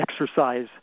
exercise